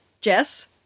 Jess